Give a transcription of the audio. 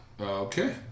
Okay